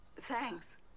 Thanks